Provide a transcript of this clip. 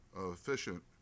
efficient